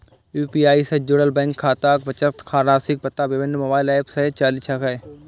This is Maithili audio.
यू.पी.आई सं जुड़ल बैंक खाताक बचत राशिक पता विभिन्न मोबाइल एप सं चलि सकैए